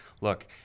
look